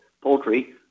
poultry